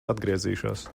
atgriezīšos